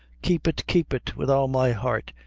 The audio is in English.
keep it, keep it, wid all my heart,